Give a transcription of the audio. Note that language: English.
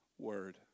Word